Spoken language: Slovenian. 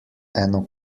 eno